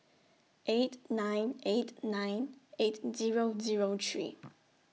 eight nine eight nine eight Zero Zero three